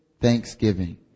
thanksgiving